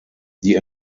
die